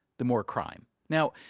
the more crime. now,